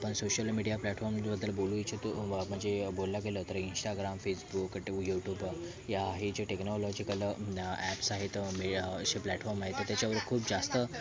आपण social media प्लॅटफॉर्मबद्दल बोलू इच्छितो वा म्हणजे बोललं गेलं तर इंस्टाग्राम फेसबुक ड्यु युट्युब या ह्या हे जे टेक्नॉलॉजिकल ॲप्स आहेत जे असे प्लँटफॉर्म आहेत त्याच्यावर खूप जास्त